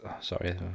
Sorry